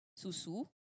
susu